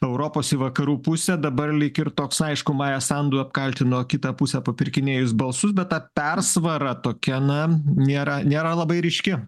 europos į vakarų pusę dabar lyg ir toks aišku maja sandu apkaltino kitą pusę papirkinėjus balsus bet ta persvara tokia na nėra nėra labai ryški